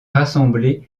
rassemblées